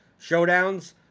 showdowns